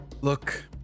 Look